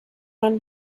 run